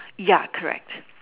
ya correct